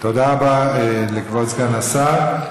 תודה רבה לכבוד סגן שר השר.